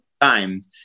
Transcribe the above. times